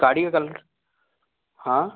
गाड़ी का कलर् हाँ